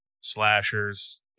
slashers